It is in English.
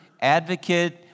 advocate